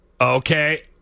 Okay